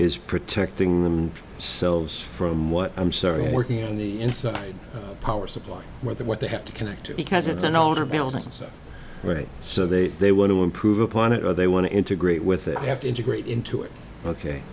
is protecting them selves from what i'm sorry i'm working on the inside power supply or that what they have to connect because it's an older building so right so they they want to improve upon it or they want to integrate with it have to integrate into it ok